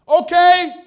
Okay